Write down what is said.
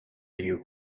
you